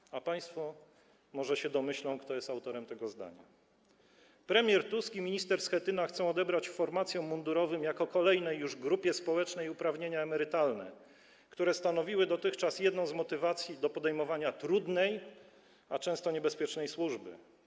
Może się państwo domyślą, kto jest autorem tego zdania: Premier Tusk i minister Schetyna chcą odebrać formacjom mundurowym jako kolejnej już grupie społecznej uprawnienia emerytalne, które stanowiły dotychczas jedną z motywacji do podejmowania trudnej, a często niebezpiecznej służby.